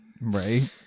Right